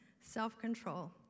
self-control